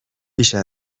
بیشتر